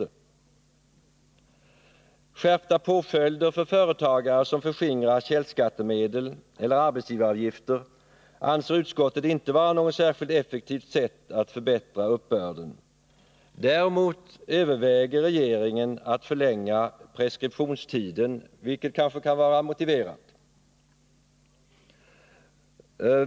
En skärpning av påföljderna för företagare som förskingrar källskattemedel eller arbetsgivaravgifter anser utskottet inte vara något effektivt sätt att förbättra uppbörden. Däremot överväger regeringen att förlänga preskriptionstiden, vilket kanske kan vara motiverat.